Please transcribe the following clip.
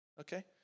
Okay